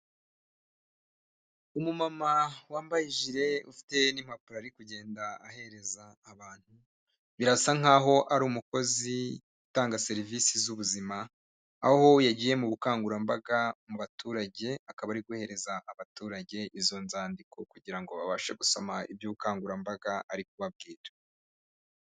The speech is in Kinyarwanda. Umumama wambaye ijire ufite n'impapuro ari kugenda ahereza abantu, birasa nkaho ari umukozi utanga serivisi z'ubuzima, aho yagiye mu bukangurambaga mu baturage, akaba ari guhereza abaturage izo nzandiko kugira ngo babashe gusoma iby'ubukangurambaga ari kubabwira.